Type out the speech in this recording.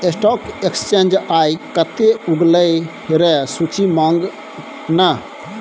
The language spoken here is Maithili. स्टॉक एक्सचेंज आय कते उगलै रै सूची मंगा ने